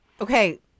Okay